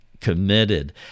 committed